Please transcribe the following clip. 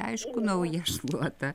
aišku nauja šluota